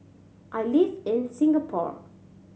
I live in Singapore